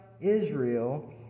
Israel